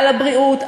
על הבריאות,